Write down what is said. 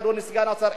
אדוני סגן השר,